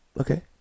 Okay